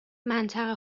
منطقه